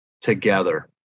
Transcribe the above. together